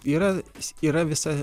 yra yra visa